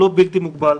הוא לא בלתי מוגבל.